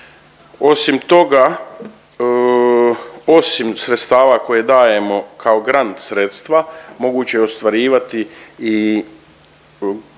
Osim toga, osim sredstava koja dajemo kao grand sredstva moguće je ostvarivati i